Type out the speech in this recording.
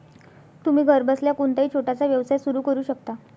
तुम्ही घरबसल्या कोणताही छोटासा व्यवसाय सुरू करू शकता